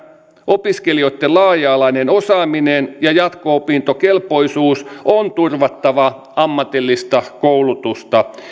opiskelijoitten laaja alainen osaaminen ja jatko opintokelpoisuus on turvattava ammatillista koulutusta